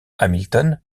hamilton